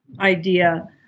idea